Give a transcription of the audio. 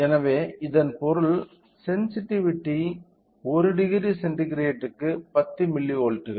எனவே இதன் பொருள் சென்சிட்டிவிட்டி 10C க்கு 10 மில்லிவோல்ட்கள்